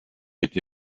été